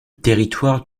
territoire